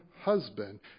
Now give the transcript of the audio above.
husband